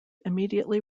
immediately